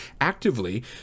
actively